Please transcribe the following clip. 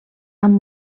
amb